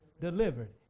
Delivered